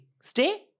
Stay